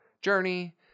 journey